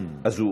אז הוא